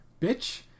Bitch